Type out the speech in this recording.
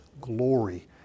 glory